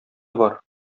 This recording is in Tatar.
бар